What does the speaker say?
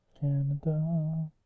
Canada